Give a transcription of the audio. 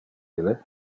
ille